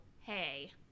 hey